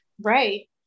Right